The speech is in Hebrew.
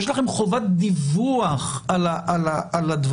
ויש לכם חובת דיווח על הדברים,